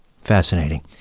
Fascinating